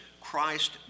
Christ